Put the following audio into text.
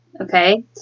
Okay